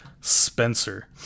Spencer